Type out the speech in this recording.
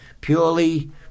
purely